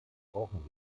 brauchen